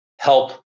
help